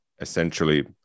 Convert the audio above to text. essentially